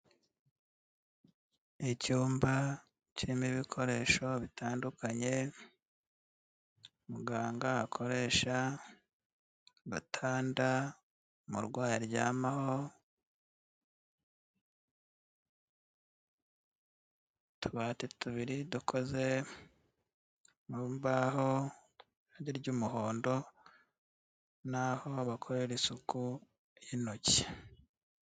Icyumba kirimo ibikoresho bitandukanye muganga akoresha, agatanda umurwayi aryamaho, utubati tubiri dukoze mu mbaho ry'umuhondo, naho bakorera isuku y'intoki.